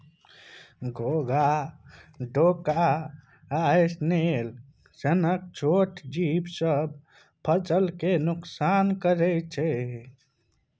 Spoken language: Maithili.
घोघा, डोका आ स्नेल सनक छोट जीब सब फसल केँ नोकसान करय छै